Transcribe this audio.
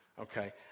Okay